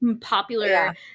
popular